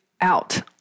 out